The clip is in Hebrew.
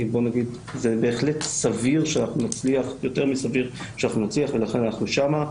בוא נגיד שזה בהחלט יותר מסביר שאנחנו נצליח ולכן אנחנו שם.